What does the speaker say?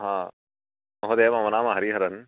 महोदय मम नाम हरिहरन्